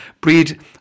Breed